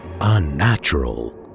unnatural